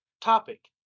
topic